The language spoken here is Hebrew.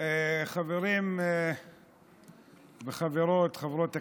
חברים וחברות, חברות הכנסת,